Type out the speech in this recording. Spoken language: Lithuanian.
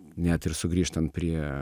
net ir sugrįžtant prie